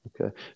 Okay